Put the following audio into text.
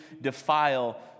defile